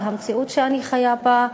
במציאות שאני חיה בה,